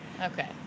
Okay